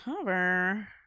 cover